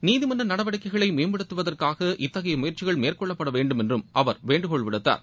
நீதிமன்ற நடவடிக்கைகளை மேம்படுத்துவதற்காக இத்தகைய முயற்சிகள் மேற்கொள்ளப்பட வேண்டும் என்று அவர் வேண்டுகோள் விடுத்தார்